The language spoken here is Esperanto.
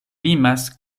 limas